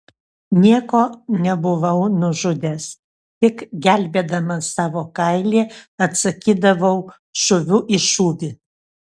nieko nebuvau nužudęs tik gelbėdamas savo kailį atsakydavau šūviu į šūvį